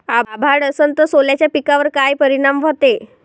अभाळ असन तं सोल्याच्या पिकावर काय परिनाम व्हते?